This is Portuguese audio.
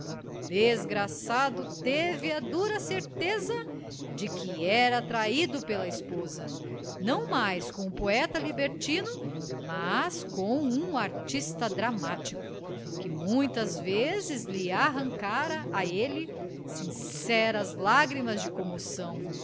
o desgraçado teve a dura certeza de que era traído pela esposa não mais com o poeta libertino mas com um artista dramático que muitas vezes lhe arrancara a ele sinceras lágrimas de comoção